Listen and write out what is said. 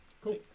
Cool